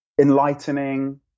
enlightening